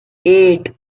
eight